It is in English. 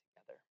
together